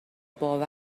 باور